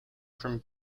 from